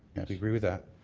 and agree with that?